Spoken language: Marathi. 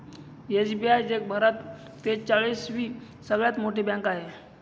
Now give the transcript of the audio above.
एस.बी.आय जगभरात त्रेचाळीस वी सगळ्यात मोठी बँक आहे